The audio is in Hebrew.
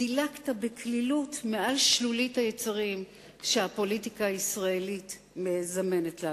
דילגת בקלילות מעל שלולית היצרים שהפוליטיקה הישראלית מזמנת לנו.